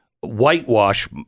whitewash